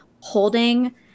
holding